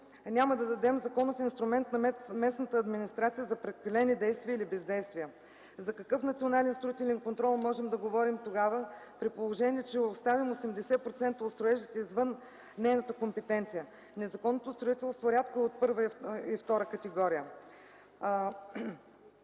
няма да дадем законов инструмент на местната администрация за пропилени действия или бездействия. За какъв национален строителен контрол можем да говорим тогава, при положение че оставим 80% от строежите извън нейната компетенция? Незаконното строителство рядко е от първа и втора категория.